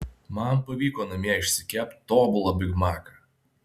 man pavyko namie išsikept tobulą bigmaką